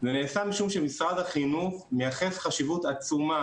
זה נעשה משום שמשרד החינוך מייחס חשיבות עצומה